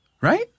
right